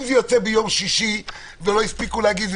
אם זה יוצא ביום שישי ולא הספיקו להגיד,